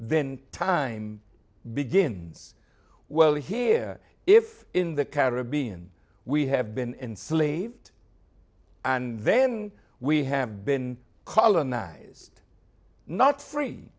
then time begins well here if in the caribbean we have been enslaved and then we have been colonized not free